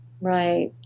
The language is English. Right